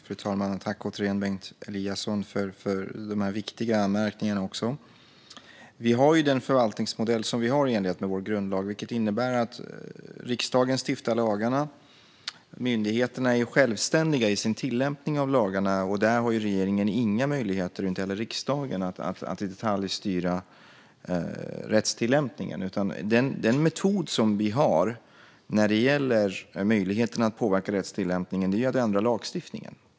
Fru talman! Tack återigen, Bengt Eliasson, för dessa viktiga anmärkningar! Vi har den förvaltningsmodell som vi har i enlighet med vår grundlag, vilket innebär att riksdagen stiftar lagarna. Myndigheterna är självständiga i sin tillämpning av lagarna, och där har inte regeringen och inte heller riksdagen några möjligheter att detaljstyra rättstillämpningen. Den metod vi har när det gäller möjligheten att påverka rättstillämpningen är att ändra lagstiftningen.